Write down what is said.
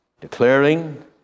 declaring